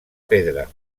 pedra